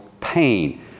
pain